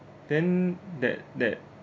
then that that